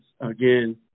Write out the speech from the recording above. Again